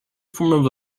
form